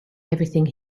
everything